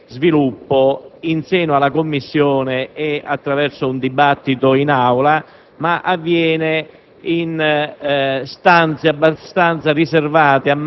Avevamo già in quella sede sottolineato la gravità di quanto è accaduto. Questa mattina, al di là della responsabilità di carattere individuale,